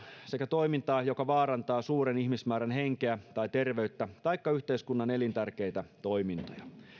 sekä toiminta joka vaarantaa suuren ihmismäärän henkeä tai terveyttä taikka yhteiskunnan elintärkeitä toimintoja